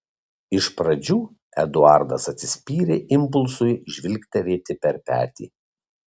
iš pradžių eduardas atsispyrė impulsui žvilgterėti per petį